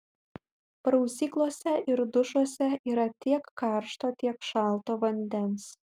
prausyklose ir dušuose yra tiek karšto tiek šalto vandens